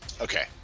Okay